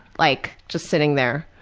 like, just sitting there.